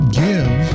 give